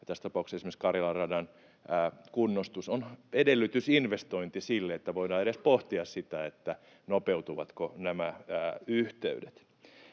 tässä tapauksessa myös Karjalan radan, kunnostus on edellytysinvestointi sille, että voidaan edes pohtia sitä, nopeutuivatko nämä yhteydet.